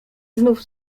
znów